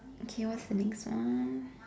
okay what's the next one